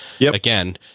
again